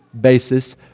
basis